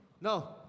no